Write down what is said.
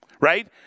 Right